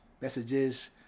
messages